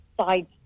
side